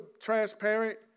transparent